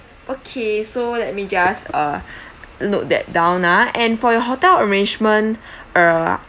okay so let me just uh note that down ah and for your hotel arrangement uh